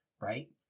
right